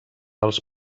als